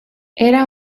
era